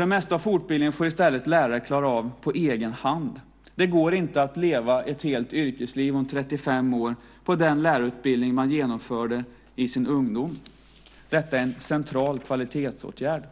Det mesta av fortbildningen får lärare klara av på egen hand. Det går inte att leva ett helt yrkesliv om 35 år på den lärarutbildning man genomförde i sin ungdom. Detta är en central kvalitetsåtgärd.